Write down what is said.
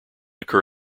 occur